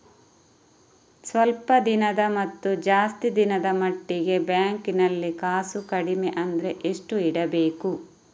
ಸ್ವಲ್ಪ ದಿನದ ಮತ್ತು ಜಾಸ್ತಿ ದಿನದ ಮಟ್ಟಿಗೆ ಬ್ಯಾಂಕ್ ನಲ್ಲಿ ಕಾಸು ಕಡಿಮೆ ಅಂದ್ರೆ ಎಷ್ಟು ಇಡಬೇಕು?